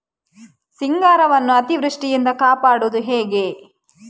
ಸಿಂಗಾರವನ್ನು ಅತೀವೃಷ್ಟಿಯಿಂದ ಕಾಪಾಡುವುದು ಹೇಗೆ?